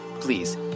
please